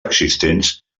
existents